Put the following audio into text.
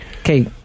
Okay